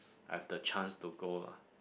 I have the chance to go lah